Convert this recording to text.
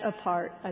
apart